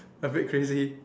a bit crazy